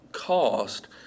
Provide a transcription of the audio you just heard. cost